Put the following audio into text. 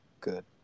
Good